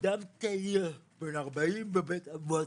אדם צעיר בן 40 בבית אבות,